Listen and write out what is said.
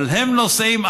אבל הם נוסעים,